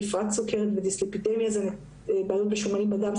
בפרט סוכרת ודיסליפידמיה - בעיות בשומנים בדם.